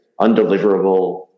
Undeliverable